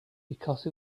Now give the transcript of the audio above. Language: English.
because